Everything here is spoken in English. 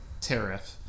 tariff